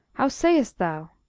how sayest thou?